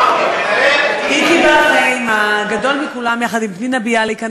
איקי בר-חיים הגדול מכולם, יחד עם פנינה ביאליק.